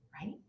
right